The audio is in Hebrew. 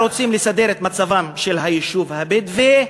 רוצים לסדר את מצבם של היישוב הבדואי,